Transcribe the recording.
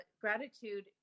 gratitude